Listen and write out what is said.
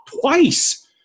twice